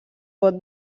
pot